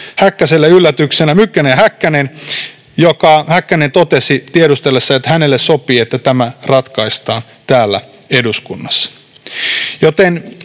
tullut yllätyksenä oikeusministeri Häkkäselle, joka totesi tiedustellessamme, että hänelle sopii, että tämä ratkaistaan täällä eduskunnassa.